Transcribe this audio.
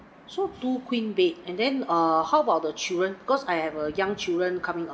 so two queen bed and then uh how about the children because I have a young children coming